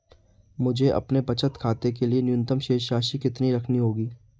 मुझे अपने बचत खाते के लिए न्यूनतम शेष राशि कितनी रखनी होगी?